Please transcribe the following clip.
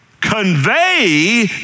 convey